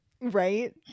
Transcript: Right